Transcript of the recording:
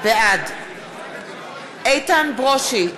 בעד איתן ברושי,